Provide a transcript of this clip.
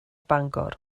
bangor